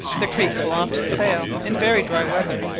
the creeks will often fail in very dry weather,